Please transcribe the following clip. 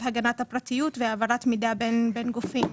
הגנת הפרטיות והעברת מידע בין גופים.